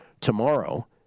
tomorrow